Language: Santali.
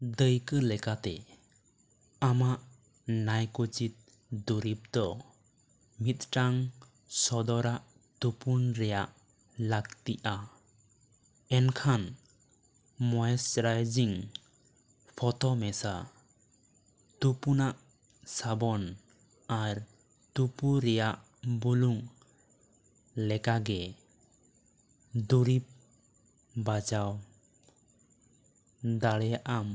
ᱫᱟᱹᱭᱠᱟᱹ ᱞᱮᱠᱟᱛᱮ ᱟᱢᱟᱜ ᱱᱟᱭᱠᱳᱪᱤᱛ ᱫᱚᱨᱤᱵᱽ ᱫᱚ ᱢᱤᱫᱴᱟᱝ ᱥᱚᱫᱚᱨᱟᱜ ᱛᱩᱯᱩᱱ ᱨᱮᱱᱟᱜ ᱞᱟᱹᱠᱛᱤᱜᱼᱟ ᱮᱱᱠᱷᱟᱱ ᱢᱚᱭᱮᱥᱪᱟᱨᱟᱭᱡᱤᱝ ᱯᱷᱚᱛᱚ ᱢᱮᱥᱟ ᱛᱩᱯᱩᱱᱟᱜ ᱥᱟᱵᱚᱱ ᱟᱨ ᱛᱩᱯᱩ ᱨᱮᱱᱟᱜ ᱵᱩᱞᱩᱝ ᱞᱮᱠᱟ ᱜᱮ ᱫᱩᱨᱤᱵᱽ ᱵᱟᱪᱷᱟᱣ ᱫᱟᱲᱮᱭᱟᱜ ᱟᱢ